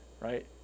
right